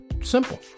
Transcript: simple